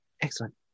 Excellent